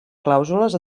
clàusules